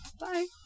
Bye